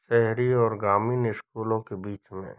शहरी और ग्रामीण स्कूलों के बीच में